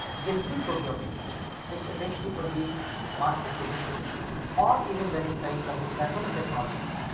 gel-free proteomics which essentially could be mass spectrometry or even various type of interactomics technologies.